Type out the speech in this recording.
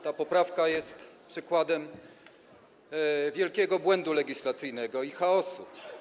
Ta poprawka jest przykładem wielkiego błędu legislacyjnego i chaosu.